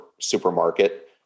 supermarket